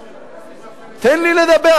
תן לי לדבר.